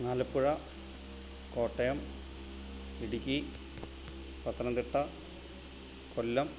Alappuzha Kottayam Idukki Pathanamthitta Kollam